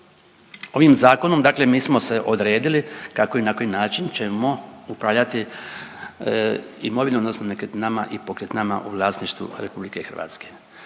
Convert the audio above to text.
ovim zakonom dakle mi smo se odredili kako i na koji način ćemo upravljati imovinom odnosno nekretninama i pokretninama u vlasništvu RH. Zašto ovaj